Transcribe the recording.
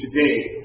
today